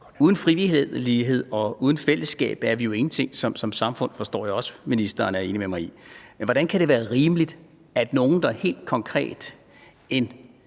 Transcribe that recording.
Uden frivillighed og uden fællesskab er vi jo ingenting som samfund, hvilket jeg også forstår at ministeren er enig med mig i. Hvordan kan det være rimeligt, at en pensionistgruppe,